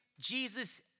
Jesus